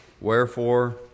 Wherefore